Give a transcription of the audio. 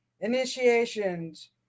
Initiations